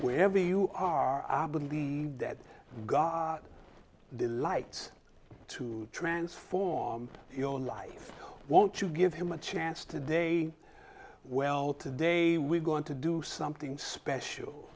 wherever you are i believe that god delights to transform your life won't you give him a chance today well today we're going to do something special